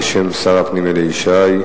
בשם שר הפנים אלי ישי,